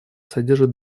содержит